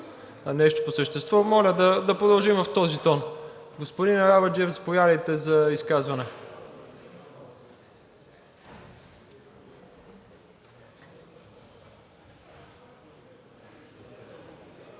нещо по същество. Моля да продължим в този тон. Господин Арабаджиев, заповядайте за изказване.